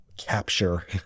capture